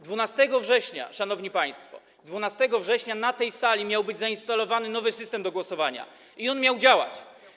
12 września, szanowni państwo, 12 września na tej sali miał być zainstalowany nowy system do głosowania i miał on działać.